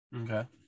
Okay